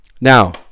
Now